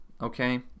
okay